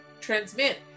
transmit